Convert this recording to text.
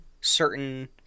certain